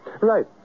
Right